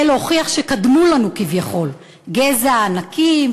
להוכיח שקדמו לנו כביכול גזע הענקים,